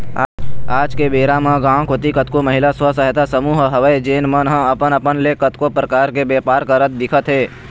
आज के बेरा म गाँव कोती कतको महिला स्व सहायता समूह हवय जेन मन ह अपन अपन ले कतको परकार के बेपार करत दिखत हे